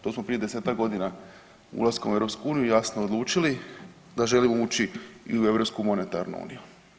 To smo prije 10-ak godina ulaskom u EU jasno odlučili da želimo ući i u europsku monetarnu uniju.